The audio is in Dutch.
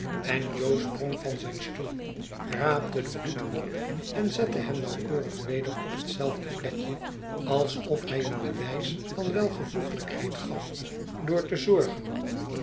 en jo sprong van zijn stoel raapte den hoed op en zette hem nauwkeurig weder op hetzelfde plekje alsof hij een bewijs van welvoeglijkheid gaf door te zorgen